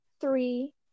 three